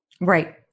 Right